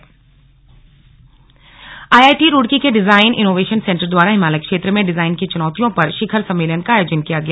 हिमालय सुरक्षा पर मंथन आईआईटी रुड़की के डिजाइन इनोवेशन सेंटर द्वारा हिमालय क्षेत्र में डिजाइन की चुनौतियों पर शिखर सम्मेलन का आयोजन किया गया